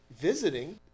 visiting